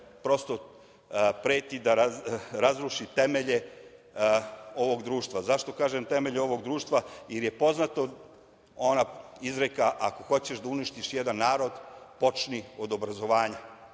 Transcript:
prosto preti da razruši temelje ovog društva.Zašto kažem temelje ovog društva, jer je poznata ona izreka – ako hoćeš da uništiš jedan narod, počni od obrazovanja